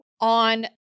on